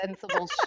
Sensible